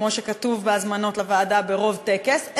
כמו שכתוב בהזמנות לוועדה ברוב טקס,